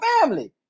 family